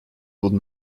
would